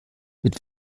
mit